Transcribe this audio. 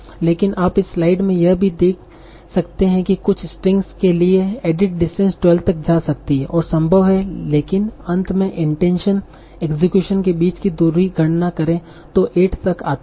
लेकिन आप इस स्लाइड में यह भी देखते हैं कि कुछ स्ट्रिंगसके लिए एडिट डिस्टेंस 12 तक जा सकती है जो संभव है लेकिन अंत में इंटेंशन इक्सक्यूशन के बीच की दूरी गणना करें तो 8 तक आता है